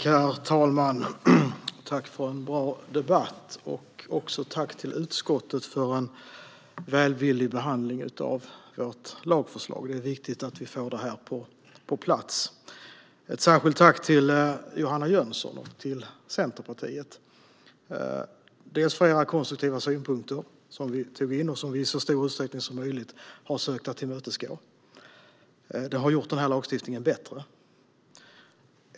Herr talman! Tack för en bra debatt och också ett tack till utskottet för en välvillig behandling av vårt lagförslag. Det är viktigt att vi får det på plats. Jag vill rikta ett särskilt tack till Johanna Jönsson och Centerpartiet för era konstruktiva synpunkter som vi tog in och som vi i så stor utsträckning som möjligt har sökt att tillmötesgå. Det har gjort lagstiftningen bättre.